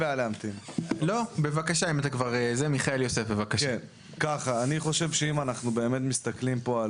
מול העניין הזה באון ליין כי יש לנו הרבה חוקים שעומדים עלינו